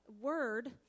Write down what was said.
word